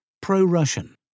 pro-Russian